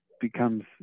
becomes